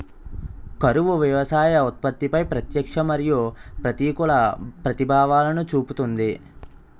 కరువు వ్యవసాయ ఉత్పత్తిపై ప్రత్యక్ష మరియు ప్రతికూల ప్రభావాలను చూపుతుంది